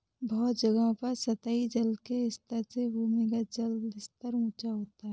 बहुत जगहों पर सतही जल के स्तर से भूमिगत जल का स्तर ऊँचा होता है